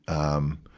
um, ah,